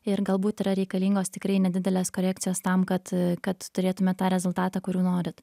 ir galbūt yra reikalingos tikrai nedidelės korekcijos tam kad kad turėtumėt tą rezultatą kurių norit